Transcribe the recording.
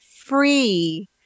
free